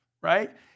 right